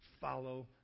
Follow